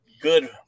good